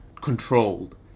controlled